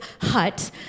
hut